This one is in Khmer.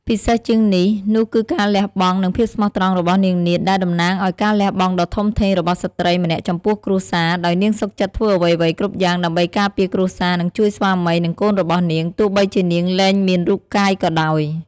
ពិសេសជាងនេះនោះគឺការលះបង់ និងភាពស្មោះត្រង់របស់នាងនាថដែលតំណាងឱ្យការលះបង់ដ៏ធំធេងរបស់ស្ត្រីម្នាក់ចំពោះគ្រួសារ ដោយនាងសុខចិត្តធ្វើអ្វីៗគ្រប់យ៉ាងដើម្បីការពារគ្រួសារ និងជួយស្វាមី និងកូនរបស់នាង ទោះបីជានាងលែងមានរូបកាយក៏ដោយ ។